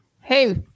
Hey